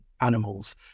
animals